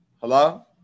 Hello